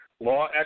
law